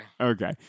Okay